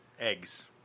eggs